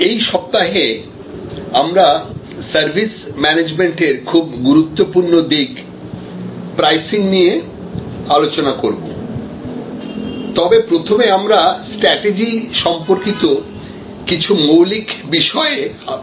এই সপ্তাহে আমরা সার্ভিস ম্যানেজমেন্টের খুব গুরুত্বপূর্ণ দিক প্রাইসিং নিয়ে আলোচনা করব তবে প্রথমে আমরা স্ট্র্যাটিজি সম্পর্কিত কিছু মৌলিক বিষয়ে পর্যালোচনা করব